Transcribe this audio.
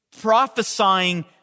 prophesying